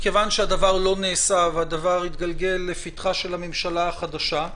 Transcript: -- מכיוון שהדבר לא נעשה והדבר התגלגל לפתחה של הממשלה החדשה,